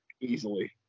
easily